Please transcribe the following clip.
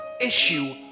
issue